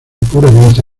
puramente